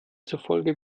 zufolge